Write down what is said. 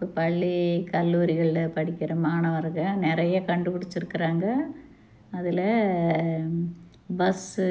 இப்போ பள்ளி கல்லூரிகளில் படிக்கிற மாணவருகள் நிறைய கண்டுபிடிச்சிருக்குறாங்க அதில் பஸ்ஸு